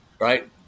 right